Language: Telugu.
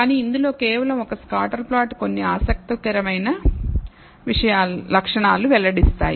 కానీ ఇందులో కేవలం ఒక స్కాటర్ ప్లాట్లు కొన్ని ఆసక్తికరమైన లక్షణాలు వెల్లడిస్తాయి